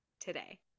today